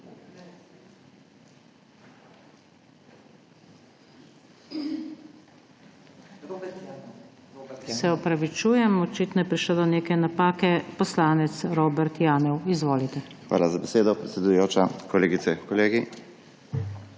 Hvala za besedo, predsedujoča. Kolegice, kolegi!